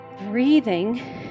Breathing